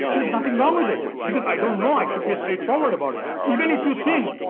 is nothing wrong with it because i don't know, i should be straightforward about it. even if you think,